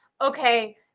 okay